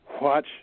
watch